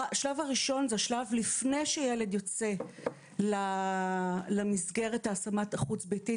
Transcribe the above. השלב הראשון זה השלב לפני שילד יוצא למסגרת ההשמה החוץ-ביתית.